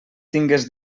tingues